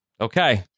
Okay